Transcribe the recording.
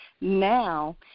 now